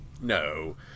no